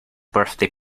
birthday